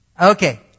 Okay